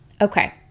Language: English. Okay